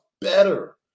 better